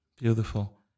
Beautiful